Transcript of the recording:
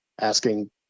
asking